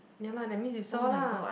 ya lah that means you saw lah